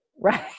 Right